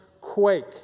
quake